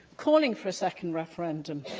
calling for a second referendum.